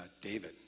David